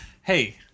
Hey